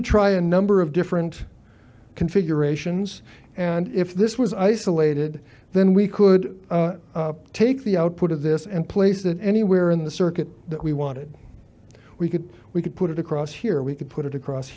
to try a number of different configurations and if this was isolated then we could take the output of this and place it anywhere in the circuit that we wanted we could we could put it across here we could put it across